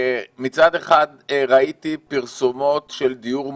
שכשמצד אחד ראיתי פרסומות של דיור מוגן,